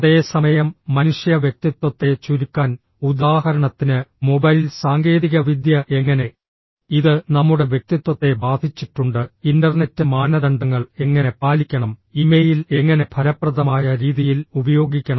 അതേ സമയം മനുഷ്യ വ്യക്തിത്വത്തെ ചുരുക്കാൻ ഉദാഹരണത്തിന് മൊബൈൽ സാങ്കേതികവിദ്യ എങ്ങനെ ഇത് നമ്മുടെ വ്യക്തിത്വത്തെ ബാധിച്ചിട്ടുണ്ട് ഇന്റർനെറ്റ് മാനദണ്ഡങ്ങൾ എങ്ങനെ പാലിക്കണം ഇമെയിൽ എങ്ങനെ ഫലപ്രദമായ രീതിയിൽ ഉപയോഗിക്കണം